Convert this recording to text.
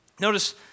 Notice